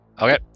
Okay